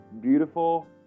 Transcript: beautiful